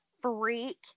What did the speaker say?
freak